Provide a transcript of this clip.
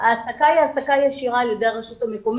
ההעסקה היא ישירה על ידי הרשות המקומית,